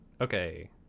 Okay